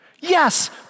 Yes